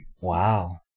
Wow